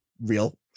real